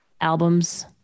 albums